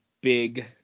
big